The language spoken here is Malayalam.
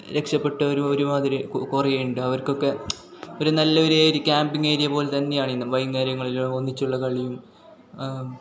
രക്ഷപ്പെട്ടവരും ഒരു മാതിരി കുറേ ഉണ്ട് അവർക്കൊക്കെ ഒരു നല്ലൊരേരി ക്യാമ്പിങ് ഏരിയ പോലെ തന്നെയാണ് ഇന്ന് വൈകുന്നേരങ്ങളിൽ ഒന്നിച്ചുള്ള കളിയും